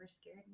scared